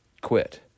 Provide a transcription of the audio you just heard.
quit